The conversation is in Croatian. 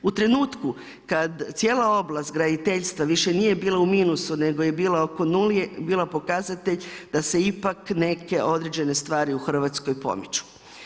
U trenutku, kad cijela oblast graditeljstva više nije bila u minusu, nego je bila oko nule je bila pokazatelje, da se ipak neke određene stvari u Hrvatskoj pomiču.